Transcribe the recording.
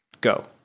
Go